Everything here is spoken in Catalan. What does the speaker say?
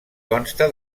consta